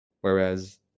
Whereas